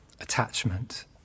attachment